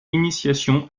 initiation